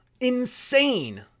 insane